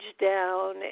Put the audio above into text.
down